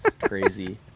crazy